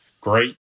Great